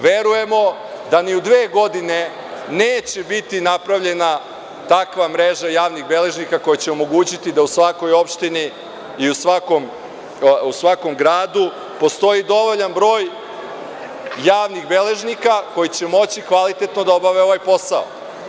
Verujemo da ni u dve godine neće biti napravljena takva mreža javnih beležnika koji će omogućiti da u svakoj opštini i u svakom gradu postoji dovoljan brojjavnih beležnika koji će moći kvalitetno da obave ovaj posao.